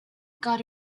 got